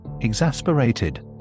exasperated